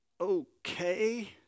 Okay